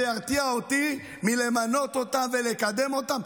זה ירתיע אותי מלמנות אותם ולקדם אותם.